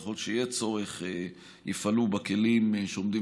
ככל שיהיה צורך יפעלו בכלים שעומדים